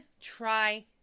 try